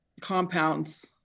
compounds